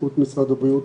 בזכות משרד הבריאות